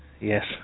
Yes